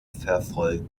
verfolgt